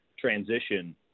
transition